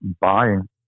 buying